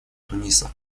туниса